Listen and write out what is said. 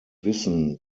wissen